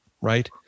Right